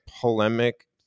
polemic